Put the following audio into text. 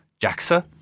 Jaxa